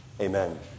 Amen